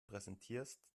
präsentierst